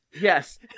Yes